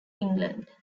england